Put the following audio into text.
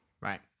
Right